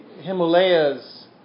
Himalayas